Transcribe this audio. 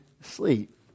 sleep